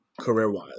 career-wise